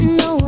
no